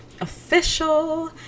official